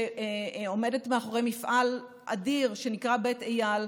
שעומדת מאחורי מפעל אדיר שנקרא בית איל,